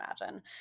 imagine